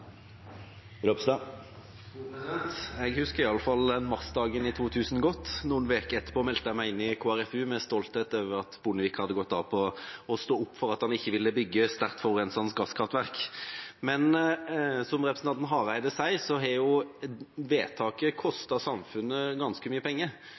Jeg husker iallfall den marsdagen i 2000 godt. Noen uker etterpå meldte jeg meg inn i KrFU med stolthet over at Bondevik hadde gått av på å stå opp for at han ikke ville bygge sterkt forurensende gasskraftverk. Men som representanten Hareide sier, vedtaket har kostet samfunnet ganske mye penger.